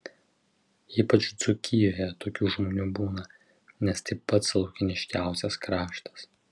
ypač dzūkijoje tokių žmonių būna nes tai pats laukiniškiausias kraštas